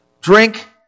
drink